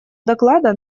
доклада